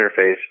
interface